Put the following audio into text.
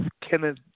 Kenneth